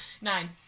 Nine